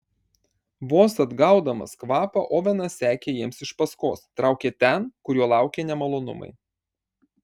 vos atgaudamas kvapą ovenas sekė jiems iš paskos traukė ten kur jo laukė nemalonumai